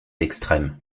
extrême